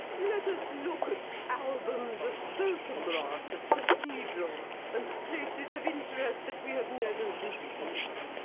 let us look at albums of photographs of cathedrals and places of interest that we have never visited.